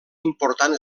important